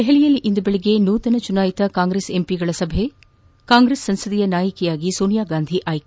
ದೆಹಲಿಯಲ್ಲಿ ಇಂದು ಬೆಳಗ್ಗೆ ನೂತನ ಚುನಾಯಿತ ಕಾಂಗ್ರೆಸ್ ಸಂಸದರ ಸಭೆ ಕಾಂಗ್ರೆಸ್ ಸಂಸದೀಯ ನಾಯಕರಾಗಿ ಸೋನಿಯಾಗಾಂಧಿ ಆಯ್ಲೆ